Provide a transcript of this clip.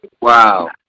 Wow